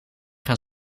gaan